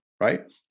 right